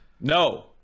no